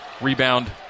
Rebound